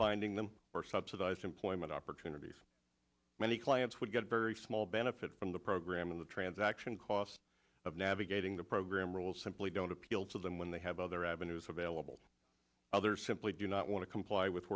finding them or subsidized employment opportunities many clients would get very small benefit from the program and the transaction costs of navigating the program rules simply don't appeal to them when they have other avenues available others simply do not want to comply with